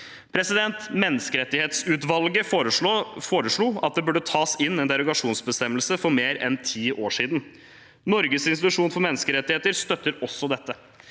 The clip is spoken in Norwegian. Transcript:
Menneskerettighetsutvalget foreslo at det burde tas inn en derogasjonsbestemmelse for mer enn ti år siden. Norges institusjon for menneskerettigheter støtter også dette.